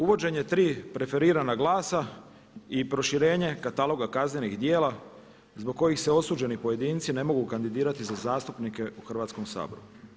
Uvođenje tri preferirana glasa i proširenje kataloga kaznenih djela zbog kojih se osuđeni pojedinci ne mogu kandidirati za zastupnike u Hrvatskom saboru.